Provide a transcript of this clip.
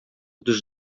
dos